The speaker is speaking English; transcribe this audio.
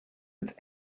its